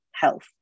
health